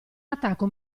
attacco